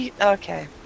Okay